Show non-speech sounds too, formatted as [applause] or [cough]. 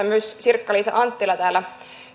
[unintelligible] myös edustaja sirkka liisa anttila täällä